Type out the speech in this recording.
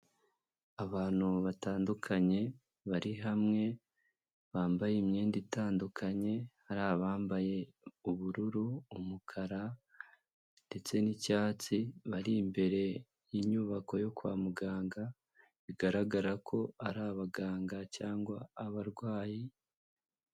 Abantu batandukanye, bari hamwe, bambaye imyenda itandukanye, hari abambaye ubururu, umukara, ndetse n'icyatsi, bari imbere y'inyubako yo kwa muganga, bigaragara ko ari abaganga cyangwa abarwayi.